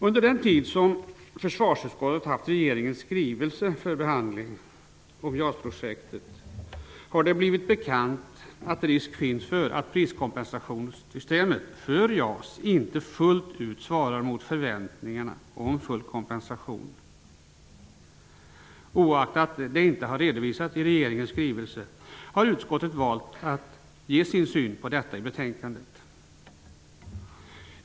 Under den tid som försvarsutskottet haft regeringens skrivelse om JAS-projektet för behandling har det blivit bekant att risk finns för att priskompensationssystemet för JAS-systemet inte fullt ut svarar mot förväntningarna om full kompensation. Oaktat det inte har redovisats i regeringens skrivelse har utskottet valt att ge sin syn på detta i betänkandet.